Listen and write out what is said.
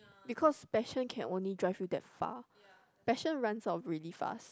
because passion can only drive you that far passion runs out really fast